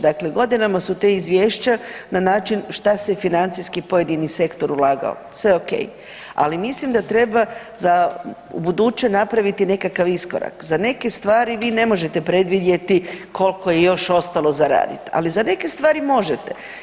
Dakle, godinama su ta izvješća na način šta se financijski pojedini sektor ulagao, sve ok, ali mislim da treba za ubuduće napraviti nekakav iskorak, za neke stvari vi ne možete predvidjeti koliko je još ostalo za raditi, ali za neke stvari možete.